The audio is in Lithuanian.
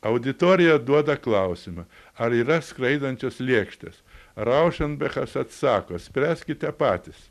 auditorija duoda klausimą ar yra skraidančios lėkštės raušembechas atsako spręskite patys